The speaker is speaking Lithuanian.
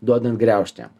duodam griaužt jam